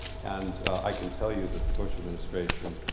and i can tell you that the bush administration,